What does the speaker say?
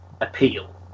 appeal